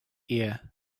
ear